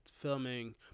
filming